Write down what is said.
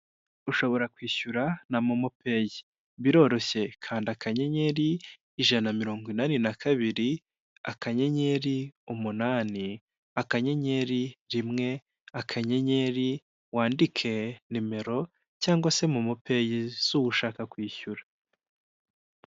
Ushobora kwishyura na momopeyi, biroroshye kanda akanyenyeri ijana na mirongo inani na kabiri, akanyenyeri umunani, akanyenyeri rimwe, akanyenyeri wandike nimero cyangwa se mu momopeyi z'wo ushaka kwishyura.